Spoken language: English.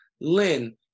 Lynn